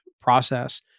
process